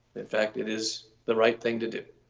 in fact, it is the right thing to do.